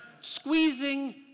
squeezing